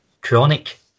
chronic